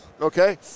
okay